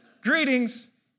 greetings